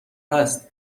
هست